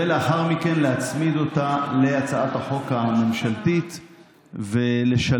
ולאחר מכן להצמיד אותה להצעת החוק הממשלתית ולשלב